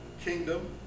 kingdom